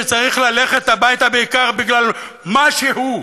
שצריך ללכת הביתה בעיקר בגלל מה שהוא.